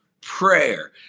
prayer